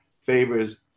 favors